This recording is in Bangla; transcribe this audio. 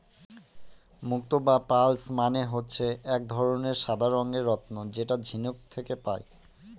মুক্ত বা পার্লস মানে হচ্ছে এক ধরনের সাদা রঙের রত্ন যেটা ঝিনুক থেকে পায়